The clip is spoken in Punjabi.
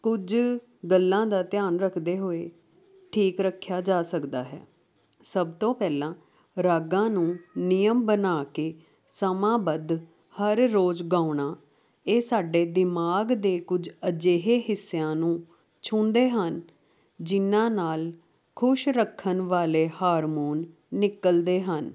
ਕੁਝ ਗੱਲਾਂ ਦਾ ਧਿਆਨ ਰੱਖਦੇ ਹੋਏ ਠੀਕ ਰੱਖਿਆ ਜਾ ਸਕਦਾ ਹੈ ਸਭ ਤੋਂ ਪਹਿਲਾਂ ਰਾਗਾਂ ਨੂੰ ਨਿਯਮ ਬਣਾ ਕੇ ਸਮਾਂਬੱਧ ਹਰ ਰੋਜ਼ ਗਾਉਣਾ ਇਹ ਸਾਡੇ ਦਿਮਾਗ ਦੇ ਕੁਝ ਅਜਿਹੇ ਹਿੱਸਿਆਂ ਨੂੰ ਛੂੰਹਦੇ ਹਨ ਜਿਨ੍ਹਾਂ ਨਾਲ ਖੁਸ਼ ਰੱਖਣ ਵਾਲੇ ਹਾਰਮੋਨ ਨਿਕਲਦੇ ਹਨ